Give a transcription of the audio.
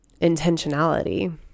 intentionality